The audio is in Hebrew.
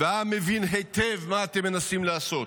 והעם מבין היטב מה אתם מנסים לעשות.